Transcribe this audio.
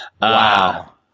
Wow